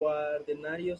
cuaternario